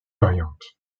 variantes